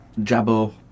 Jabo